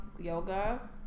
Yoga